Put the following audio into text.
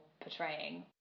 portraying